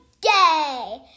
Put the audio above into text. day